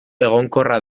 egonkorra